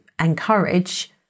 encourage